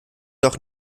doch